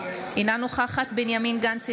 אינה נוכחת בנימין גנץ,